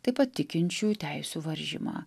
taip pat tikinčių teisių varžymą